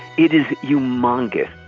it is humongous